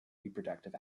reproductive